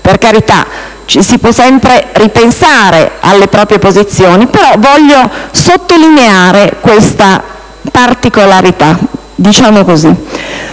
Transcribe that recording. Per carità, si può sempre ripensare alle proprie posizioni, ma voglio sottolineare questa particolarità.